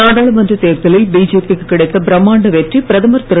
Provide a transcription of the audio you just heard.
நாடாளுமன்ற தேர்தலில் பிஜேபிக்கு கிடைத்த பிரமாண்ட வெற்றி பிரதமர் திரு